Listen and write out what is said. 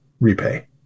repay